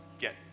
get